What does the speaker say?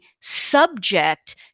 subject